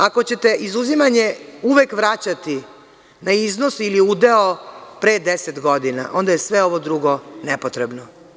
Ako ćete izuzimanje uvek vraćati na iznos ili udeo pre desete godina onda je sve ovo drugo nepotrebno.